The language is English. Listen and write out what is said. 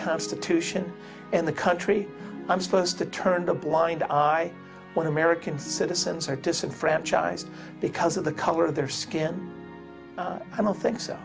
constitution and the country i'm supposed to turn a blind eye when american citizens are disenfranchised because of the color of their skin i don't think so